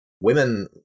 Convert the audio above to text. women